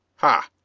hah!